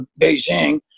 Beijing